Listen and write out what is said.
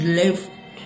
left